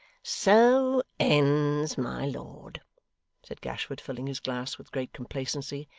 so ends, my lord said gashford, filling his glass with great complacency,